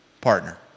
partner